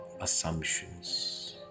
assumptions